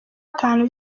itanu